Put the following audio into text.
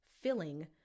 filling